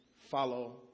follow